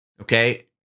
okay